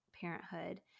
parenthood